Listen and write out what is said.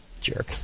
Jerk